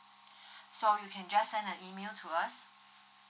so you can just send an email to us